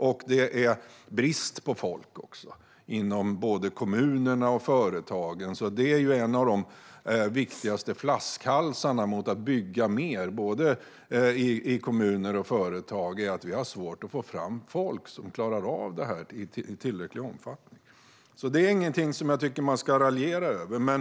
Det är också brist på folk inom både kommunerna och företagen. Det är en av de viktigaste flaskhalsarna i kommuner och företag när det gäller att bygga mer, alltså att vi har svårt att få fram folk i tillräcklig omfattning som klarar av detta. Jag tycker inte att man ska raljera över detta.